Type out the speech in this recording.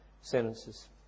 sentences